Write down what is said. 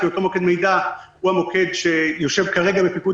כי אותו מוקד מידע הוא המוקד שיושב כרגע בפיקוד